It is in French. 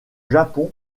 japon